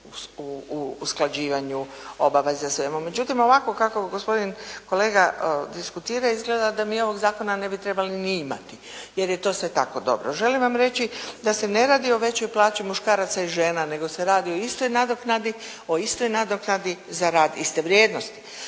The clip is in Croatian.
se ne razumije./… Međutim ovako kako gospodin kolega diskutira izgleda da mi ovog zakona ne bi trebali ni imati, jer je to sve tako dobro. Želim vam reći da se ne radi o većoj plaći muškaraca i žena, nego se radi o istoj nadoknadi za rad iste vrijednosti.